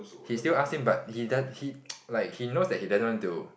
he still ask him but he do~ he like he knows that he doesn't want to